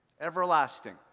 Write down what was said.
everlasting